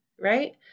right